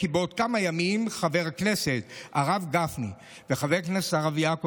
כי בעוד כמה ימים חבר הכנסת הרב גפני וחבר הכנסת הרב יעקב